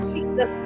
Jesus